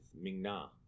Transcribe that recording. Ming-Na